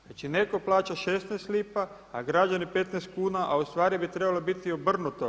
Znači netko plaća 16 lipa, a građani 15 kuna, a ustvari bi trebalo biti obrnuto.